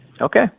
Okay